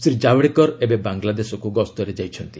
ଶ୍ରୀ ଜାଭଡେକର ଏବେ ବାଙ୍ଗଲାଦେଶକୁ ଗସ୍ତରେ ଯାଇଛନ୍ତି